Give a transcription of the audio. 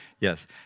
Yes